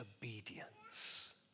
obedience